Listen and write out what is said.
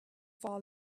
far